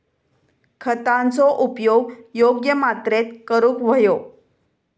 खतांचो उपयोग योग्य मात्रेत करूक व्हयो